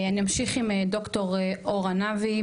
אני אמשיך עם ד"ר אור ענבי,